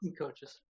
coaches